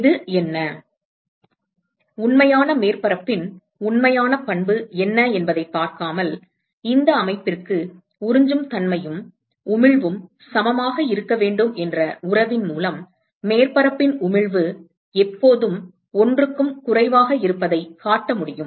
இது என்ன உண்மையான மேற்பரப்பின் உண்மையான பண்பு என்ன என்பதைப் பார்க்காமல் இந்த அமைப்பிற்கு உறிஞ்சும் தன்மையும் உமிழ்வும் சமமாக இருக்க வேண்டும் என்ற உறவின் மூலம் மேற்பரப்பின் உமிழ்வு எப்போதும் 1 க்கும் குறைவாக இருப்பதைக் காட்ட முடியும்